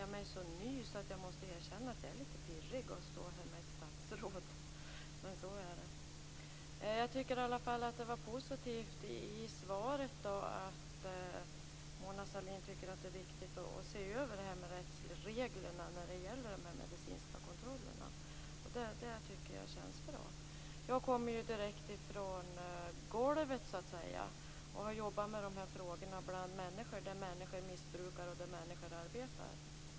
Det tycker jag känns bra. Jag kommer direkt från golvet, så att säga. Jag har jobbat med de här frågorna bland människor, där människor missbrukar och där människor arbetar.